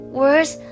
words